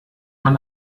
man